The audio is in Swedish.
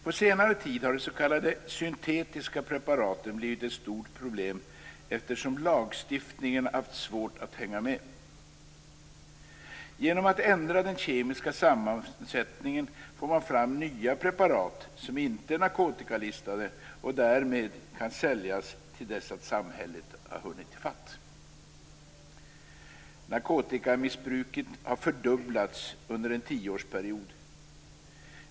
På senare tid har de s.k. syntetiska preparaten blivit ett stort problem, eftersom lagstiftningen har haft svårt att hänga med. Genom att ändra den kemiska sammansättningen får man fram nya preparat som inte är narkotikalistade och därmed kan säljas till dess att samhället har hunnit i fatt. Narkotikamissbruket har fördubblats under en tioårsperiod.